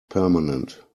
permanent